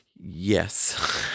Yes